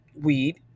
weed